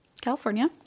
California